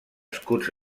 escuts